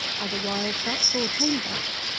either wild ducks, or tame ducks,